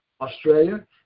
Australia